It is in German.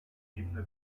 ebene